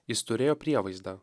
jis turėjo prievaizdą